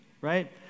right